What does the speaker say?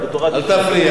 כתוב: לא תחונם.